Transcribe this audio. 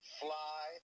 fly